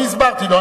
אני הסברתי לו.